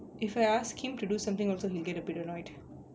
if I ask him to do something also he'll get a bit annoyed